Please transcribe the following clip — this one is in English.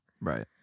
Right